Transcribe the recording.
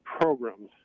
programs